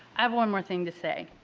i have one more thing to say,